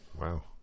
Wow